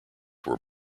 were